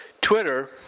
Twitter